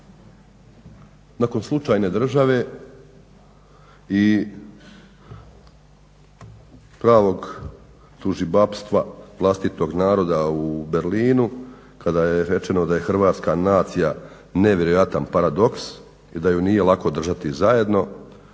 Nakon slučajne države i pravog tužibabstva vlastitog naroda u Berlinu kada je rečeno da je hrvatska nacija nevjerojatan paradoks i da ju nije lako držati zajedno,